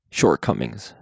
shortcomings